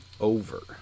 over